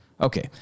Okay